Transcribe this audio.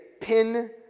pin